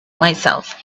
myself